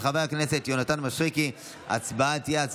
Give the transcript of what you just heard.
של חבר הכנסת ואליד אלהואשלה אושרה בקריאה הטרומית